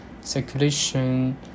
circulation